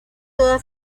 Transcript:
toda